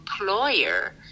employer